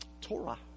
Torah